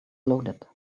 loaded